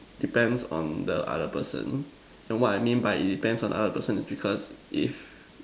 depends on the other person and what I mean by it depends on the other person is because if